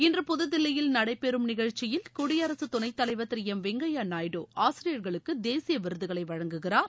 இன்று புது தில்லியில் நடைபெறும் நிகழ்ச்சியில் குடியரசுத் துணைத் தலைவர் திரு எம் வெங்கையா நாயுடு ஆசிரியர்களுக்கு தேசிய விருதுகளை வழங்குகிறார்